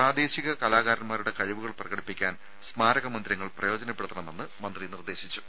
പ്രാദേശിക കലാകാരൻമാരുടെ കഴിവുകൾ പ്രകടിപ്പിക്കാൻ സ്മാരക മന്ദിരങ്ങൾ പ്രയോജനപ്പെടുത്തണമെന്ന് മന്ത്രി നിർദേശിച്ചു